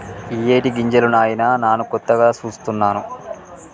ఇయ్యేటి గింజలు నాయిన నాను కొత్తగా సూస్తున్నాను